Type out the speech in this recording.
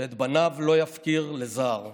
שאת בניו לא יפקיר לזר".